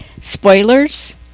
spoilers